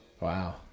Wow